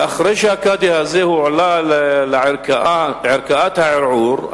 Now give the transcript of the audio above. ואחרי שהקאדי הזה הועלה לערכאת הערעור,